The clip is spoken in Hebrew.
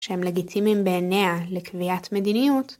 שהם לגיטימים בעיניה לקביעת מדיניות